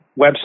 website